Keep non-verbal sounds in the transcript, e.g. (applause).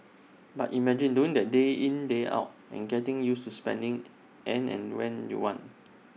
but imagine doing that day in day out and getting used to spending (noise) an and when you want